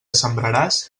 sembraràs